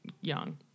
young